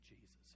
Jesus